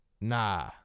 Nah